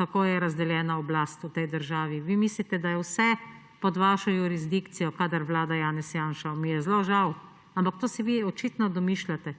kako je razdeljena oblast v tej državi. Vi mislite, da je vse pod vašo jurisdikcijo, kadar vlada Janez Janša. Mi je zelo žal, ampak to si vi očitno domišljate.